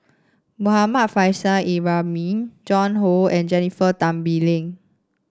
Muhammad Faishal Ibrahim Joan Hon and Jennifer Tan Bee Leng